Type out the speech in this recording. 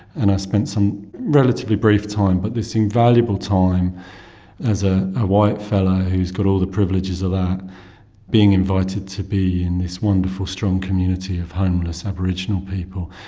and i spent some relatively brief time but this invaluable time as a white fella who's got all the privileges of that being invited to be in this wonderful, strong community of homeless aboriginal people.